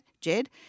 Jed